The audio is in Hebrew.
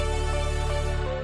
החוקים.